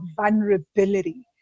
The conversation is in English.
vulnerability